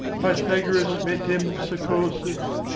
pythagoras' metempsychosis,